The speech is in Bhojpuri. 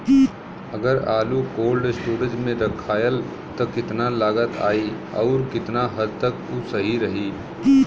अगर आलू कोल्ड स्टोरेज में रखायल त कितना लागत आई अउर कितना हद तक उ सही रही?